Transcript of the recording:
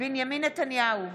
בנימין נתניהו,